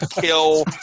kill